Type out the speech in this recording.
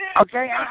Okay